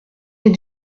est